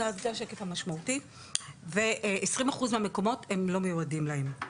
זה השקף המשמעותי ו-20 אחוז מהמקומות הם לא מיועדים להם.